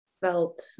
felt